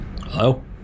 Hello